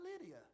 Lydia